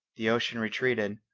the ocean retreated,